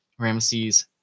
Ramesses